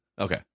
okay